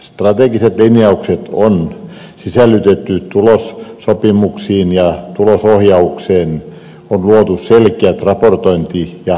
strategiset linjaukset on sisällytetty tulossopimuksiin ja tulosohjaukseen on luotu selkeät raportointi ja palautekanavat